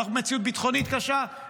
אנחנו במציאות כלכלית קשה,